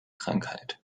krankheit